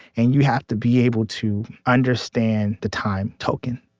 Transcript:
and you have to be able to understand the time token.